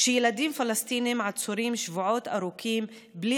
כשילדים פלסטינים עצורים שבועות ארוכים אפילו בלי